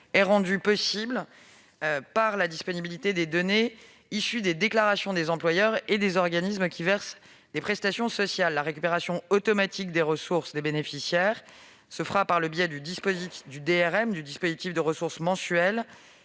est rendue possible par la disponibilité des données issues des déclarations des employeurs et des organismes qui versent des prestations sociales. La récupération automatique des ressources des bénéficiaires se fera par le biais du dispositif de ressources mensuelles